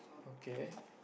okay